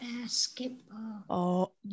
basketball